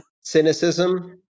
Cynicism